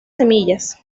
semillas